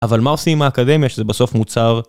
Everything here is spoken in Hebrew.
אבל מה עושים עם האקדמיה שזה בסוף מוצר?